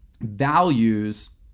values